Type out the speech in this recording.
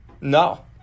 No